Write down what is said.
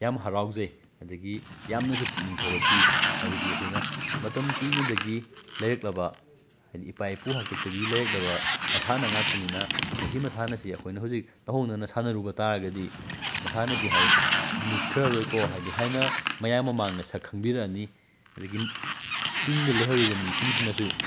ꯌꯥꯝꯅ ꯍꯔꯥꯎꯖꯩ ꯑꯗꯨꯗꯒꯤ ꯌꯥꯝꯅꯁꯨ ꯄꯨꯛꯅꯤꯡ ꯊꯧꯒꯠꯄꯤ ꯍꯥꯏꯕꯗꯤ ꯑꯩꯈꯣꯏꯅ ꯃꯇꯝ ꯀꯨꯏꯅꯗꯒꯤ ꯂꯩꯔꯛꯂꯕ ꯍꯥꯏꯕꯗꯤ ꯏꯄꯥ ꯏꯄꯨ ꯍꯥꯛꯇꯛꯇꯒꯤ ꯂꯩꯔꯛꯂꯕ ꯃꯁꯥꯟꯅ ꯉꯥꯛꯇꯅꯤꯅ ꯃꯁꯤ ꯃꯁꯥꯟꯅꯁꯤ ꯑꯩꯈꯣꯏꯅ ꯍꯧꯖꯤꯛ ꯅꯧꯍꯧꯅꯅ ꯁꯥꯟꯅꯔꯨꯕ ꯇꯥꯔꯒꯗꯤ ꯃꯁꯥꯟꯅꯁꯤ ꯃꯨꯠꯈ꯭ꯔꯔꯣꯏꯀꯣ ꯍꯥꯏꯕꯗꯤ ꯍꯥꯏꯅ ꯃꯌꯥꯝ ꯃꯃꯥꯡꯗ ꯁꯛ ꯈꯪꯕꯤꯔꯛꯑꯅꯤ ꯑꯗꯨꯗꯒꯤ ꯇꯨꯡꯗ ꯂꯩꯍꯧꯔꯤꯕ ꯃꯤꯁꯤꯡꯁꯤꯅꯁꯨ